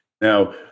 Now